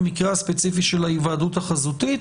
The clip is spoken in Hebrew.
במקרה הספציפי של ההיוועדות החזותית.